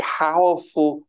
powerful